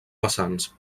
vessants